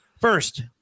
First